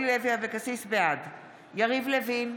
בעד יריב לוין,